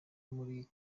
muri